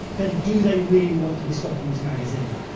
then do they really want to be stocking this magazine?